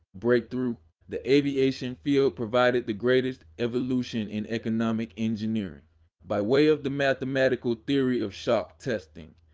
breakthrough the aviation field provided the greatest evolution in economic engineering by way of the mathematical theory of shock testing.